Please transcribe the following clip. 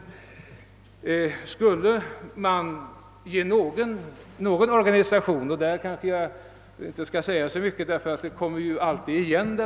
Jag skall inte säga så mycket när det gäller en eventuell vidgning av statsbidragsgränsen, ty det man säger kommer ju alltid igen.